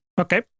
Okay